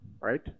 right